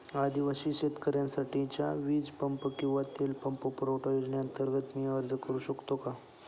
आदिवासी शेतकऱ्यांसाठीच्या वीज पंप किंवा तेल पंप पुरवठा योजनेअंतर्गत मी अर्ज करू शकतो का?